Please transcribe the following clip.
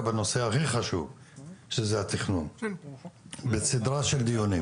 בנושא הכי חשוב שהוא התכנון בסדרה של דיונים.